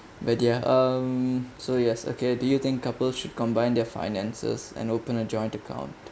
but ya um so yes okay do you think couple should combine their finances and open a joint account